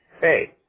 hey